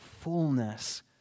fullness